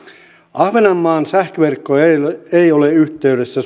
ahvenanmaan sähköverkko ei ole yhteydessä